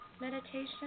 meditation